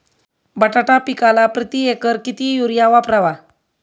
बटाटा पिकाला प्रती एकर किती युरिया वापरावा?